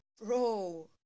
bro